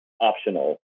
optional